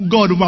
God